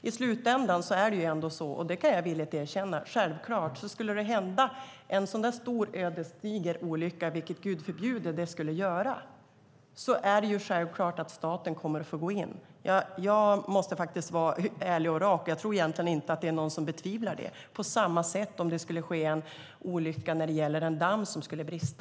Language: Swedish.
I slutändan är det ändå så, och jag kan villigt erkänna att om det, Gud förbjude, skulle hända en sådan stor ödesdiger olycka är det självklart att staten kommer att få gå in på samma sätt som om det skulle ske en olycka där en damm brister. Jag måste vara ärlig och rak, och jag tror egentligen inte att det är någon som betvivlar detta.